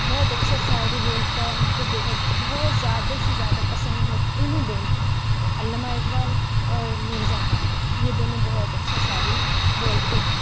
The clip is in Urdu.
بہت اچھا شاعری بولتا ہے ہم کو بے حد بہت زیادہ سے زیادہ پسند ہے تو انہیں دونوں علامہ اقبال اور مرزا غالب یہ دونوں بہت اچھا شاعری بولتے ہیں